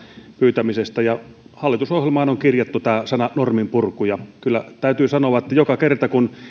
pyytämisestä ja hallitusohjelmaan on kirjattu tämä sana norminpurku kyllä täytyy sanoa että joka kerta kun